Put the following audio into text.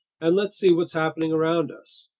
and let's see what's happening around us.